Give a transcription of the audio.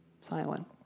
silent